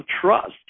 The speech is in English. trust